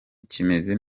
kimeze